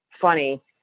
funny